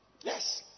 yes